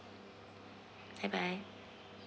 bye bye